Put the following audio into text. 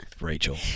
rachel